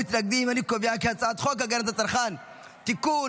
את הצעת חוק הגנת הצרכן (תיקון,